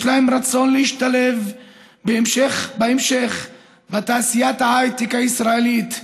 יש להם רצון להשתלב בהמשך בתעשיית ההייטק הישראלית.